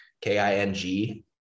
K-I-N-G